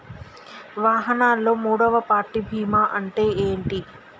వాహనాల్లో మూడవ పార్టీ బీమా అంటే ఏంటి?